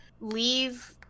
leave